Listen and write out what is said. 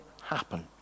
happen